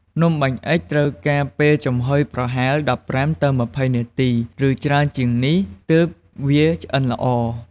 នំបាញ់អុិចត្រូវការពេលចំហុយប្រហែល ១៥ទៅ២០ នាទី ឬ ច្រើនជាងនេះ ទើបវាឆ្អិនល្អ។